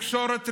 תקשורת רשמיים: